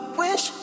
wish